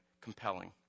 compelling